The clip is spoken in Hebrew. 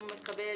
מקבל